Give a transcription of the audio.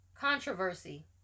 Controversy